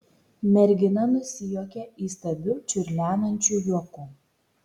mergina nusijuokė įstabiu čiurlenančiu juoku